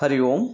हरिः ओम्